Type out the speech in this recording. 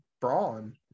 Braun